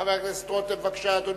חבר הכנסת רותם, בבקשה, אדוני.